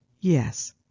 yes